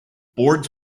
boards